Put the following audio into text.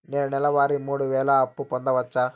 నేను నెల వారి మూడు వేలు అప్పు పొందవచ్చా?